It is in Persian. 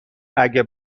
اگه